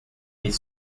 les